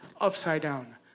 upside-down